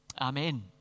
Amen